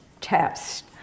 test